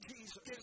Jesus